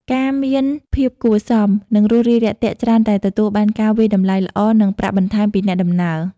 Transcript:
ការមានភាពគួរសម និងរួសរាយរាក់ទាក់ ច្រើនតែទទួលបានការវាយតម្លៃល្អ និងប្រាក់បន្ថែមពីអ្នកដំណើរ។